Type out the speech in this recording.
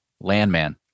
Landman